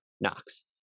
Knox